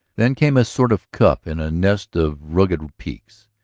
then came a sort of cup in a nest of rugged peaks,